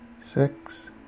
six